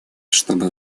чтобы